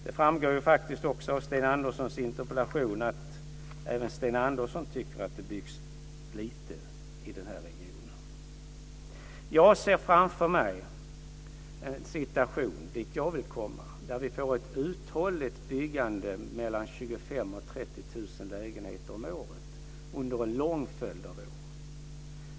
Det framgår faktiskt också av Sten Anderssons interpellation att även Sten Andersson tycker att det byggs lite i den här regionen. Jag ser framför mig en situation dit jag vill komma, där vi får ett uthålligt byggande av mellan 25 000 och 30 000 lägenheter om året under en lång följd av år.